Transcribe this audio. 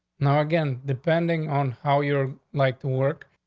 now again, depending on how you're like to work,